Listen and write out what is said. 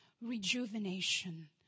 rejuvenation